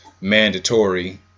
mandatory